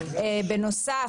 בנוסף,